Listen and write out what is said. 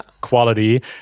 quality